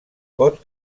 pot